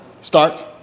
Start